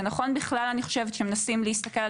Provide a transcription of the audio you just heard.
אני חושבת שזה נכון בכלל כשמנסים להסתכל על